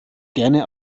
gerne